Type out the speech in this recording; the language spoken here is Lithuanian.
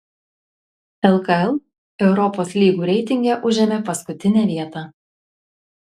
lkl europos lygų reitinge užėmė paskutinę vietą